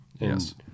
Yes